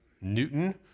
Newton